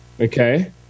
Okay